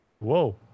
Whoa